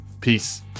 peace